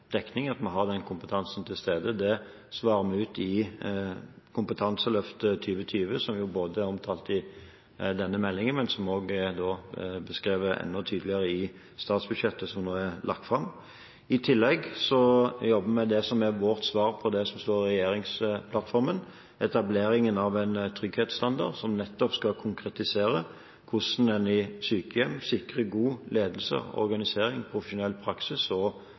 at vi har denne kompetansen til stede. Det svarer vi ut i Kompetanseløftet 2020, som er omtalt i denne meldingen, men som er beskrevet enda tydeligere i statsbudsjettet, som nå er lagt fram. I tillegg jobber vi med det som er vårt svar på det som står i regjeringsplattformen: etableringen av en trygghetsstandard, som skal konkretisere hvordan en i sykehjem sikrer god ledelse, organisering, profesjonell praksis og